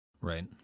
Right